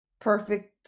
Perfect